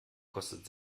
kostet